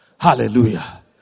Hallelujah